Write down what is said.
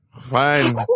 fine